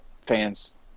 fans